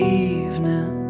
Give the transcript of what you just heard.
evening